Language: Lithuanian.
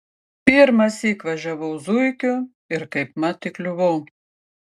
pirmąsyk važiavau zuikiu ir kaipmat įkliuvau